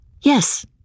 Yes